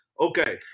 Okay